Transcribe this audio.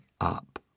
up